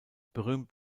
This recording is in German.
berühmt